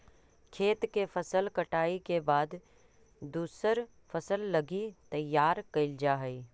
खेत के फसल कटाई के बाद दूसर फसल लगी तैयार कैल जा हइ